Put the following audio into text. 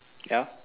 ya